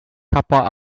kappa